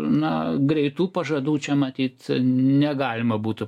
na greitų pažadų čia matyt negalima būtų